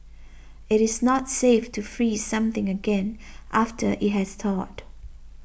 it is not safe to freeze something again after it has thawed